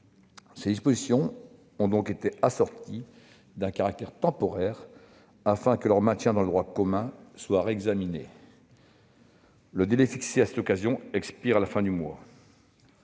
Ces dispositions ont donc été assorties d'un caractère temporaire, afin que leur maintien dans le droit commun soit réexaminé. Le délai fixé à cette occasion expire à la fin du mois.